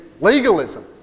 legalism